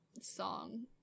song